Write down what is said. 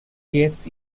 gets